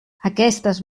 aquestes